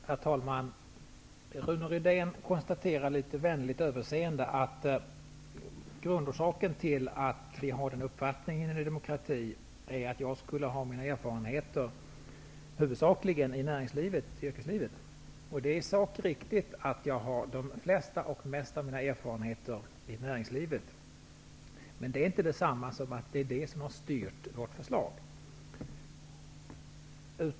Herr talman! Rune Rydén konstaterar litet vänligt överseende att grundorsaken till att vi i Ny demokrati har vår uppfattning är att jag skulle ha fått mina erfarenheter huvudsakligen i näringslivet, i yrkeslivet. Det är i sak riktigt att jag har fått de flesta av mina erfarenheter i näringslivet, men det är inte detsamma som att det är det som har styrt vårt förslag.